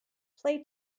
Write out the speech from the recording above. play